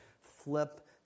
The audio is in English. flip